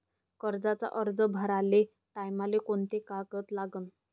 कर्जाचा अर्ज भराचे टायमाले कोंते कागद लागन?